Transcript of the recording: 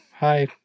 Hi